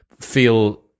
feel